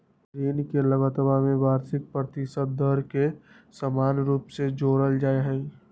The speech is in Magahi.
ऋण के लगतवा में वार्षिक प्रतिशत दर के समान रूप से जोडल जाहई